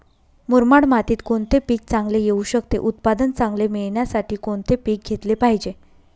मुरमाड मातीत कोणते पीक चांगले येऊ शकते? उत्पादन चांगले मिळण्यासाठी कोणते पीक घेतले पाहिजे?